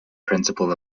principal